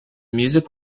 music